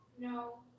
No